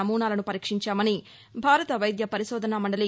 నమూనాలను పరీక్షించామని భారత వైద్య పరిశోధన మందలి